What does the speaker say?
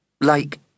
Like